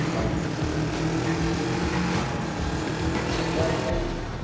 mic sir அந்த